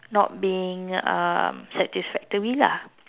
not being um satisfactory lah